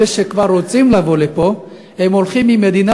אלה שכבר רוצים לבוא לפה הולכים ממדינה